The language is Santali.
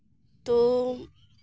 ᱛᱳ